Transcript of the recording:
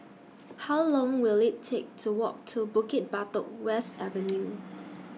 How Long Will IT Take to Walk to Bukit Batok West Avenue